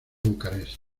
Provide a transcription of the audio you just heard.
bucarest